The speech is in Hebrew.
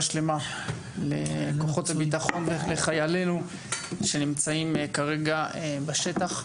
השלמה לכוחות הביטחון וחיילינו שנמצאים כרגע בשטח.